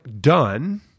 done